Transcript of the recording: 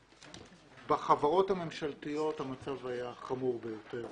בחברות הממשלתיות המצב היה חמור ביותר.